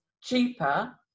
cheaper